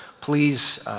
please